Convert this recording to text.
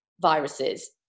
viruses